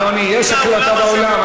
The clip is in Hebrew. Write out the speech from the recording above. אדוני, יש הקלטה באולם.